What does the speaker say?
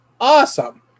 awesome